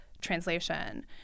translation